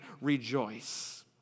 rejoice